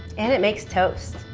and it makes toast.